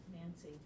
Nancy